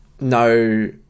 no